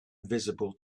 visible